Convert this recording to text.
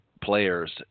players